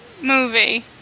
movie